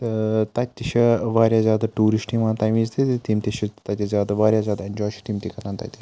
تہٕ تَتہِ تہِ چھِ واریاہ زیادٕ ٹوٗرِسٹ یِوان تَمہِ وِزِ تہِ تِم تہِ چھِ تَتہِ زیادٕ واریاہ زیادٕ اٮ۪نجاے چھِ تِم تہِ کَران تَتہِ